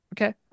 Okay